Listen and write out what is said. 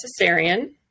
cesarean